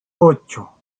ocho